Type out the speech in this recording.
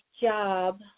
job